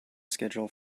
schedule